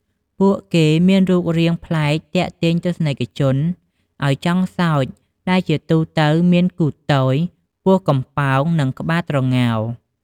ពួកគេមានរូបរាងប្លែកទាក់ទាញទស្សនិកជនឱ្យចង់សើច ដែលជាទូទៅមានគូថទយ ពោះកំប៉ោង និងក្បាលត្រងោល ។